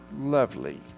lovely